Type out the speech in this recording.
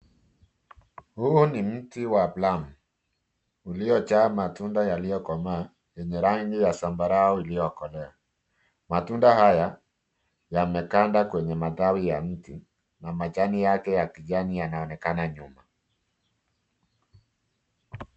Huo ni mti wa plam uliyojaa matunda yaliyokoma yenye rangi ya zambarau iliyokolea. Matunda haya, yamekanda kwenye matawi ya mti na majani yake ya kijani yanaonekana nyuma.